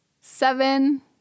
Seven